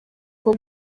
bwo